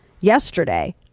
yesterday